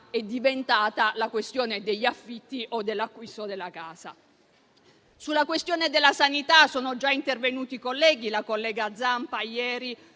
è diventata la questione degli affitti o dell’acquisto della casa. Sulla questione della sanità sono già intervenuti dei colleghi, tra cui la collega Zampa ieri